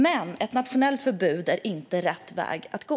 Men ett nationellt förbud är inte rätt väg att gå.